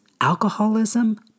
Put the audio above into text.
alcoholism